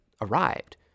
arrived